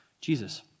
Jesus